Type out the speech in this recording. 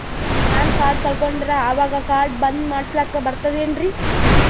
ನಾನು ಕಾರ್ಡ್ ಕಳಕೊಂಡರ ಅವಾಗ ಕಾರ್ಡ್ ಬಂದ್ ಮಾಡಸ್ಲಾಕ ಬರ್ತದೇನ್ರಿ?